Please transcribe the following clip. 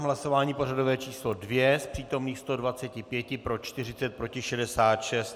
V hlasování pořadové číslo 2 z přítomných 125 pro 40, proti 66.